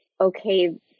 okay